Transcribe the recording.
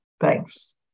Thanks